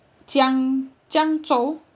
jiang jianghu